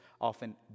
often